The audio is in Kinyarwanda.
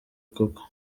koko